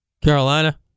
Carolina